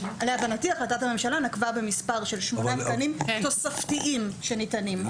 להבנתי החלטת הממשלה נקבה במספר של שמונה תקנים תוספתיים שניתנים.